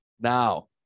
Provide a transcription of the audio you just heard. Now